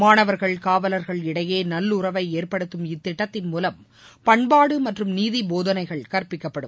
மாணவர்கள் காவலர்கள் இடையே நல்லுறை ஏற்படுத்தும் இத்திட்டத்தின் மூலம் பண்பாடு மற்றும் நீதி போதனைகளை கற்பிக்கப்படும்